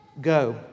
Go